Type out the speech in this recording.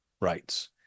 rights